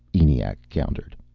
eniac countered.